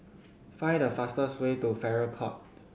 find the fastest way to Farrer Court